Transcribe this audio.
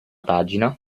pagina